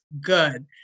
good